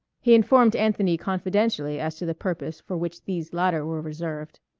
he informed anthony confidentially as to the purpose for which these latter were reserved.